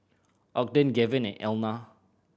Ogden Gaven and Elna